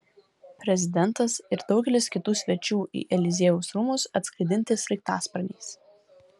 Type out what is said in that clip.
prezidentas ir daugelis kitų svečių į eliziejaus rūmus atskraidinti sraigtasparniais